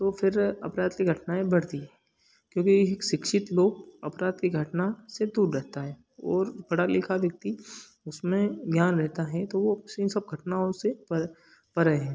तो फिर अपराध की घटनाएँ बढ़ती हैं क्योंकि शिक्षित लोग अपराध की घटना से दूर रहते हैं ओर पढ़ा लिखा व्यक्ति उसमें ध्यान रहता है तो वो इन सब घटनाओं से प परे है